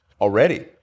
already